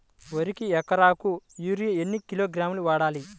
వరికి ఎకరాకు యూరియా ఎన్ని కిలోగ్రాములు వాడాలి?